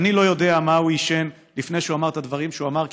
שאני לא יודע מה הוא עישן לפני שהוא אמר את הדברים שהוא אמר,